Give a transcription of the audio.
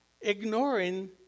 Ignoring